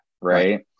Right